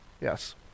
Yes